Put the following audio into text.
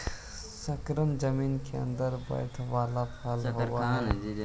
शकरकन जमीन केअंदर बईथे बला फल होब हई